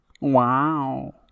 Wow